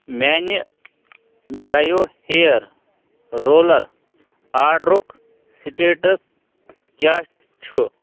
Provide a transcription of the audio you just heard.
میٛانہِ ڈَیو hair roller آرڈرُک سٕٹیٹَس کیٛاہ چھُ